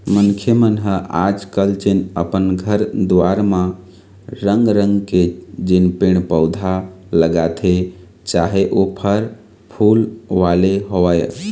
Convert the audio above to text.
मनखे मन ह आज कल जेन अपन घर दुवार म रंग रंग के जेन पेड़ पउधा लगाथे चाहे ओ फर फूल वाले होवय